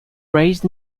raised